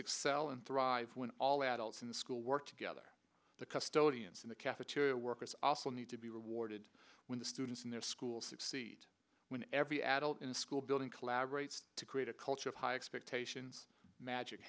excel and thrive when all adults in the school work together the custody and the cafeteria workers also need to be rewarded when the students in their school succeed when every adult in the school building collaborates to create a culture of high expectations magic